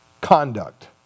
conduct